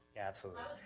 absolutely,